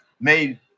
made